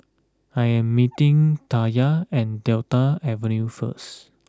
I am meeting Taya at Delta Avenue first